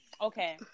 Okay